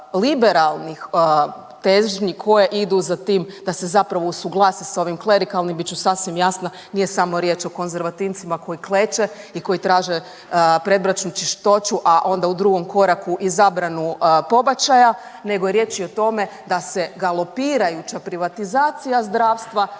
liberalnih težnji koje idu za tim da se zapravo usuglase sa ovim klerikalnim bit ću sasvim jasna nije samo riječ o konzervativcima koji kleče i koji traže …/Govornica se ne razumije./… što ću, a onda u drugom koraku i zabranu pobačaja, nego je riječ i o tome da se galopirajuća privatizacija zdravstva